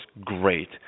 great